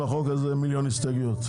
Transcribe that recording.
שמה שבדקנו ראינו שלמרות כל התאגידים והזה,